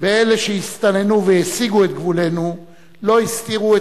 ואלה שהסתננו והסיגו את גבולנו לא הסתירו את